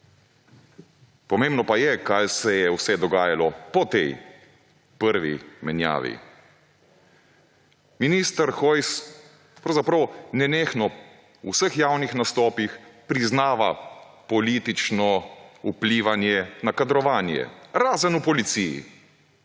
Pomembno pa je, kaj se je dogajalo vse po tej prvi menjavi. Minister Hojs pravzaprav nenehno v vseh javnih nastopih priznava politično vplivanje na kadrovanje – razen v policiji,